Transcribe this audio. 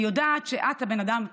אני יודעת שאת הבן אדם,